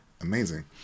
amazing